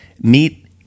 Meet